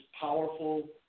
powerful